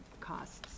costs